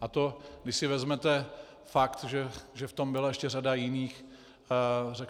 A to, když si vezmete fakt, že v tom byla ještě řada jiných